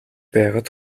байгаад